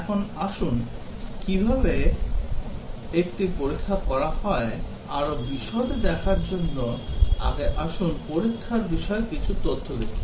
এখন আসুন কিভাবে একটি পরীক্ষা করা হয় আরো বিশদে দেখার আগে আসুন পরীক্ষার বিষয়ে কিছু তথ্য দেখি